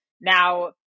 now